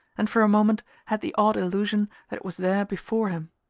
and for a moment had the odd illusion that it was there before him.